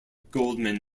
goldman